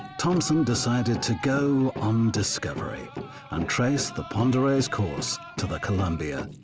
thompson decided to go on discovery and trace the pend oreille's course to the columbia.